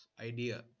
idea